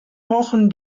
pochen